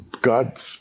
God